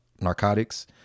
narcotics